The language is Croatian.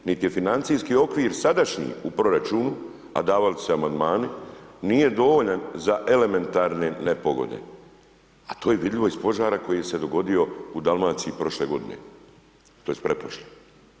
Niti je financijski okvir sadašnji u proračunu a davali su se amandmani nije dovoljan za elementarne nepogode a to je vidljivo iz požara koji se dogodio u Dalmaciji prošle godine, tj. pretprošle.